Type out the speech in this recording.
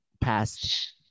past